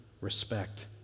respect